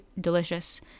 delicious